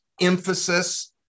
emphasis